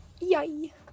Yay